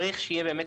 צריך שיהיה באמת,